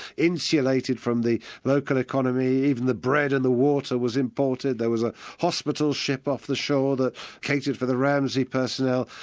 insulated from the local economy, even the bread and the water was imported. there was a hospital ship off the shore that catered for the ramsi personnel,